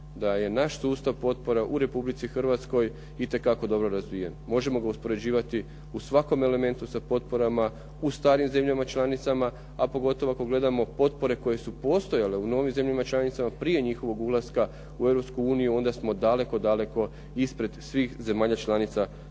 da je naš sustav potpora u Republici Hrvatskoj itekako dobro razvijen. Možemo ga uspoređivati u svakom elementu sa potporama u starim zemljama članicama, a pogotovo ako gledamo potpore koje su postojale u novim zemljama članicama prije njihovog ulaska u Europsku uniju, onda smo daleko, daleko ispred svih novih zemalja članica. Isto